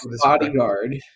bodyguard